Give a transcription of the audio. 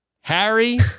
Harry